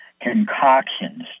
concoctions